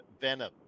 venom